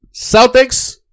Celtics